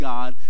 God